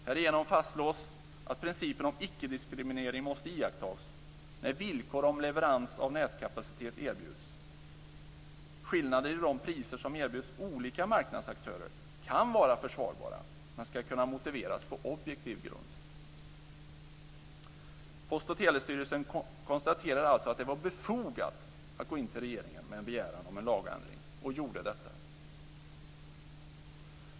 Härigenom fastslås att principen om ickediskriminering måste iakttas när villkor om leverans av nätkapacitet erbjuds. Skillnader i de priser som erbjuds olika marknadsaktörer kan vara försvarbara men ska kunna motiveras på objektiv grund. Post och telestyrelsen konstaterade alltså att det var befogat att gå till regeringen med en begäran om en lagändring och gjorde detta.